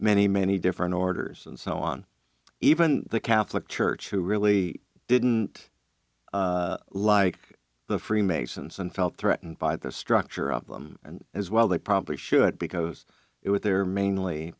many many different orders and so on even the catholic church who really didn't like the freemasons and felt threatened by the structure of them and as well they probably should because it with their mainly